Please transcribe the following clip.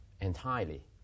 entirely